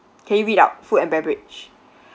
can you read out food and beverage